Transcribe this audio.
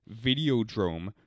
Videodrome